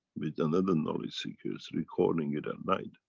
with another knowledge seekers recording it at night.